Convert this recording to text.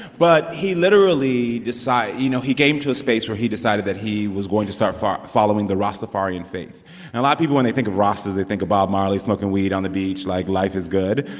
but he literally decide you know, he came to a space where he decided that he was going to start following the rastafarian faith. and a lot people, when they think of rastas, they think of bob marley smoking weed on the beach, like life is good.